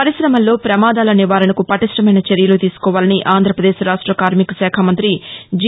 పరిశమల్లో పమాదాల నివారణకు పటిష్ణమైన చర్యలు తీసుకోవాలని ఆంధ్రప్రదేశ్ రాష్ట న్న కార్మికశాఖ మంతి జి